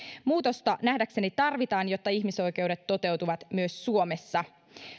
muutosta nähdäkseni tarvitaan jotta ihmisoikeudet toteutuvat myös suomessa